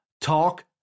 talk